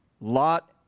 Lot